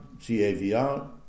CAVR